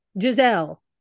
Giselle